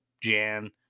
Jan